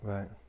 Right